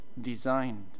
designed